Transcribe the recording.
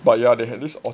but ya they had this